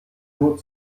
nur